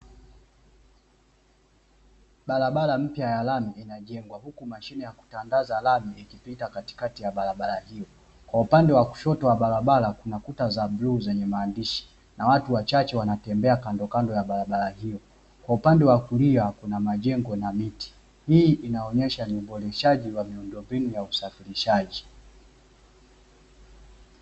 Barabara mpya ya lami inajengwa huku mashine ya kutandaza lami, ikipita katikati ya barabara hiyo. Kwa upande wa kushoto wa barabara kuna kuta za bluu zenye maandishi, na watu wachache wanatembea kando ya barabara hiyo. Kwa upande wa kulia kuna majengo na miti. Hii inaonyesha ni uboreshaji wa miundombinu ya usafirishaji.